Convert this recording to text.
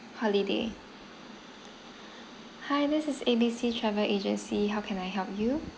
holiday hi this is A B C travel agency how can I help you